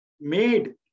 made